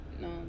No